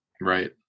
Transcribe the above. right